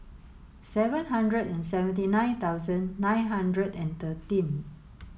seven hundred and seventy nine thousand nine hundred and thirteen